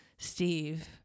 steve